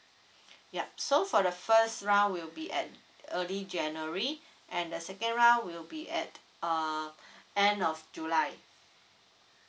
yup so for the first round will be at early january and the second round will be at uh end of july